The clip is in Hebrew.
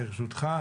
ברשותך,